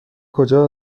کجا